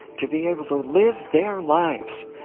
to be able to live their lives,